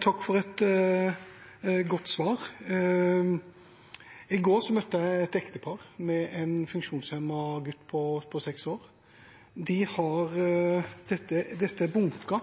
Takk for et godt svar. I går møtte jeg et ektepar med en funksjonshemmet gutt på seks år. Jeg har her bunken